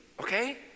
okay